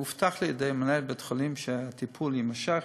הובטח לי על-ידי מנהל בית-החולים שהטיפול יימשך,